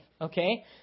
Okay